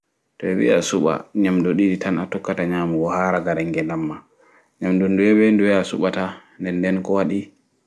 To ɓewi asuɓa nyamɗu ɗiɗi tan a tokkata nyamugo ha ragare nge nɗa ma nyamɗu nɗuye ɓe nɗuye a suɓata nɗen nɗen ko waɗi